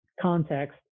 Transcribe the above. context